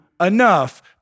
enough